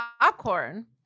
popcorn